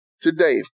today